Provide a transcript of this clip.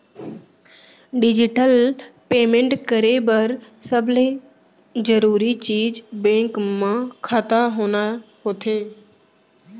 digital payment करे बर सबले जरूरी चीज बेंक म खाता होना होथे